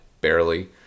barely